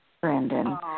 Brandon